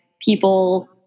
people